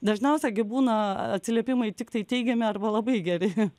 dažniausia gi būna atsiliepimai tiktai teigiami arba labai geri